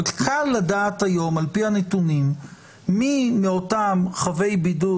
אבל קל לדעת היום על פי הנתונים מי מאותם חבי בידוד